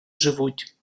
живуть